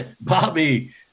Bobby